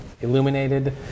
illuminated